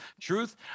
truth